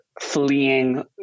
fleeing